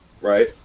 right